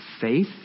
faith